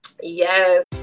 yes